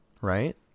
right